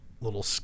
little